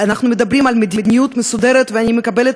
אנחנו מדברים על מדיניות מסודרת, ואני מקבלת